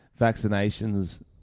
vaccinations